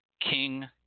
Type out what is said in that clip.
King